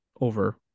over